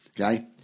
okay